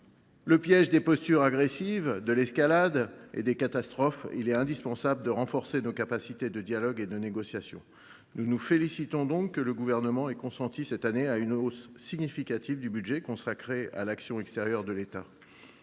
le piège des postures agressives, de l’escalade et des catastrophes, il est indispensable de renforcer nos capacités de dialogue et de négociation. Nous nous félicitons donc que le Gouvernement ait consenti cette année une hausse significative du budget consacré à l’action extérieure de l’État.